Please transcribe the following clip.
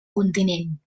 continent